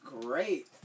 great